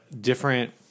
different –